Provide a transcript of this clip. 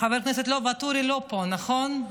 חבר הכנסת ואטורי לא פה, נכון?